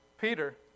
Peter